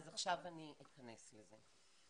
עכשיו אני אכנס לזה.